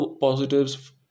positives